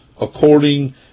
according